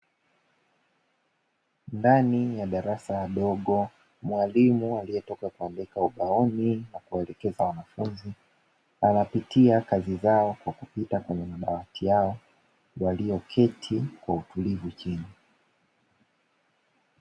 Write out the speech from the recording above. Ndani ya darasa dogo, mwalimu aliyetoka kuandika ubaoni na kuelekeza wanafunzi, anapitia kazi zao kwa kupita kwene madawati yao walioketi kwa utulivu chini.